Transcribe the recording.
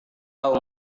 tahu